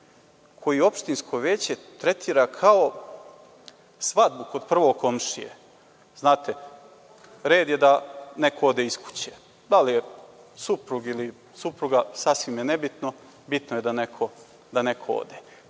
koji opštinsko veće tretira kao svadbu kod prvog komšije, red je da neko ode iz kuće, da li je suprug ili supruga sasvim je nebitno, bitno je da neko ode.